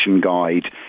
guide